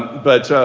but